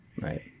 right